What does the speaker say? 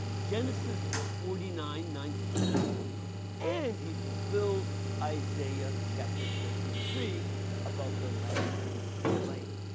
genesis forty nine nine through ten and he fulfills isaiah chapter fifty three about the lamb who was slain.